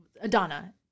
Adana